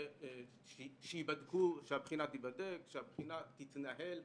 שהבחינה תיבדק ושהבחינה תתנהל,